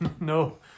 no